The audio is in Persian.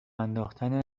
انداختن